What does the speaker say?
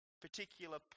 particular